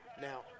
Now